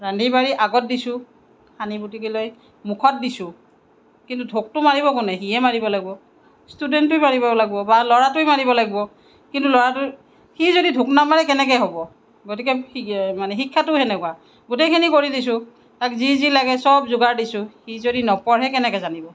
ৰান্ধি বাঢ়ি আগত দিছোঁ সানি পুটুকি লৈ মুখত দিছোঁ কিন্তু ধোকটো মাৰিব কোনে সিহে মাৰিব লাগিব ষ্টুডেণ্টোৱে মাৰিব লাগিব বা ল'ৰাটোৱে মাৰিব লাগিব কিন্তু ল'ৰাটো সি যদি ধোক নামাৰে কেনেকে হ'ব গতিকে মানে শিক্ষাটো সেনেকুৱা গোটেইখিনি কৰি দিছোঁ তাক যি যি লাগে চব যোগাৰ দিছোঁ সি যদি নপঢ়ে কেনেকে জানিব